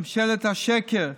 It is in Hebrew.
ממשלת השקר,